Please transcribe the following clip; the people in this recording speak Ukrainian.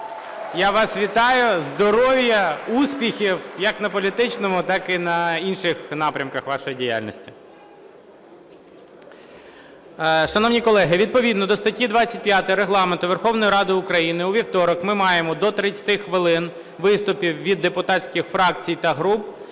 Я вас вітаю! Здоров'я, успіхів як на політичному, так і на інших напрямках вашої діяльності. Шановні колеги, відповідно до статті 25 Регламенту Верховної Ради України у вівторок ми маємо до 30 хвилин виступів від депутатських фракцій та груп